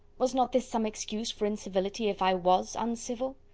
was not this some excuse for incivility, if i was uncivil?